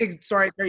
sorry